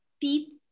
teeth